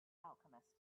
alchemist